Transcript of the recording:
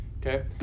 Okay